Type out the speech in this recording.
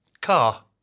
car